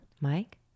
Mike